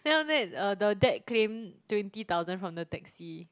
then after that uh the dad claim twenty thousand from the taxi